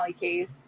case